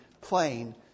plain